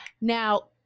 Now